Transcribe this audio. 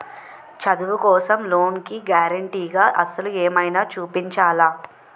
చదువు కోసం లోన్ కి గారంటే గా ఆస్తులు ఏమైనా చూపించాలా?